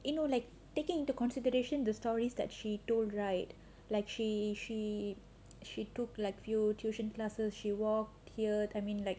you know like taking into consideration the stories that she told right like she she she took like few tuition classes she walked here I mean like